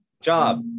Job